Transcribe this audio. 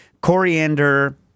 coriander